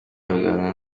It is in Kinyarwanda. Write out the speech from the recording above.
abaganga